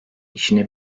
işini